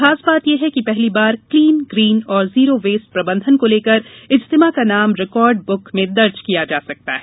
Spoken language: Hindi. खास बात यह है कि पहली बार क्लीन ग्रीन और जीरो वेस्ट प्रबंधन को लेकर इज्तिमा का नाम रिकार्ड बुक दर्ज किया जा सकता है